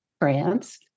France